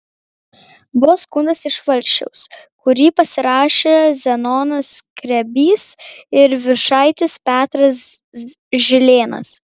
buvo skundas iš valsčiaus kurį pasirašė zenonas skrebys ir viršaitis petras žilėnas